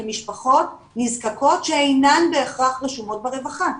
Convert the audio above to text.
למשפחות נזקקות שאינן בהכרח רשומות ברווחה.